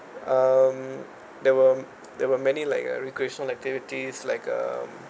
um there were there were many like uh recreational activities like um